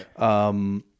right